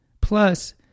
Plus